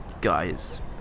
guys